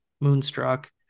Moonstruck